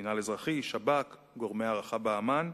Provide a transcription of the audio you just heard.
מינהל אזרחי, שב"כ, גורמי ההערכה באמ"ן,